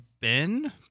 Ben